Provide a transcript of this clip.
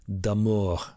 d'Amour